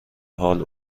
حال